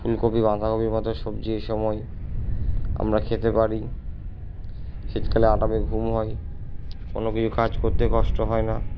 ফুলকপি বাঁধাকপির মতো সবজি এই সময় আমরা খেতে পারি শীতকালে আরামের ঘুম হয় কোনও কিছু কাজ করতে কষ্ট হয় না